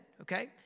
okay